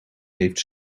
heeft